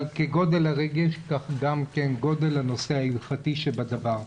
אבל כגודל הרגש כך גם גודל הנושא ההלכתי שבדבר.